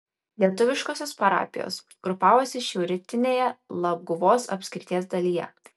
lietuviškosios parapijos grupavosi šiaurrytinėje labguvos apskrities dalyje